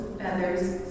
feathers